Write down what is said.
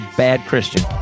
badchristian